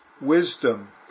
wisdom